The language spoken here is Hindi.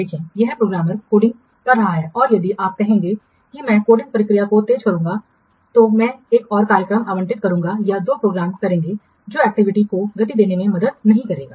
देखें एक प्रोग्रामर कोडिंग कर रहा है और यदि आप कहेंगे कि मैं कोडिंग प्रक्रिया को तेज करूंगा मैं एक और कार्यक्रम आवंटित करूंगा या दो प्रोग्रामर करेंगे जो एक्टिविटी को गति देने में मदद नहीं करेगा